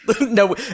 No